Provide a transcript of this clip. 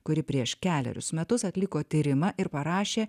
kuri prieš kelerius metus atliko tyrimą ir parašė